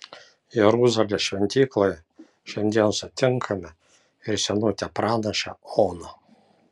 jeruzalės šventykloje šiandien sutinkame ir senutę pranašę oną